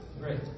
Great